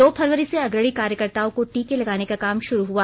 दो फरवरी से अग्रणी कार्यकर्ताओं को टीके लगाने का काम शुरू हुआ